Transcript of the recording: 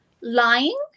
Lying